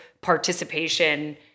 participation